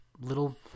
little